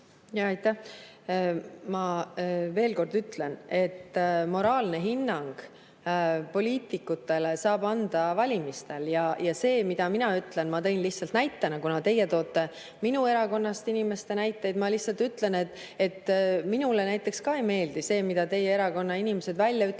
Jaa, aitäh! Ma veel kord ütlen, et moraalse hinnangu poliitikutele saab anda valimistel. Ja see, mida mina ütlesin, ma tõin lihtsalt näitena. Teie toote minu erakonnast inimesi näiteks. Ma lihtsalt ütlen, et minule näiteks ka ei meeldi see, mida teie erakonna inimesed välja ütlevad